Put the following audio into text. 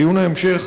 ודיון ההמשך,